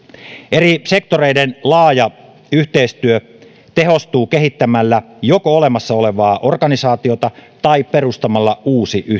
eri sektoreiden laaja yhteistyö tehostuu joko kehittämällä olemassa olevaa organisaatiota tai perustamalla uusi yhteistyöorganisaatio